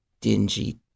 dingy